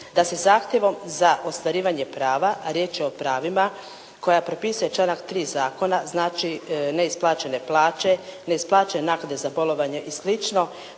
da se zahtjevom za ostvarivanje prava a riječ je o pravima koja propisuje članak 3. zakona znači neisplaćene plače, neisplaćene naknade za bolovanje i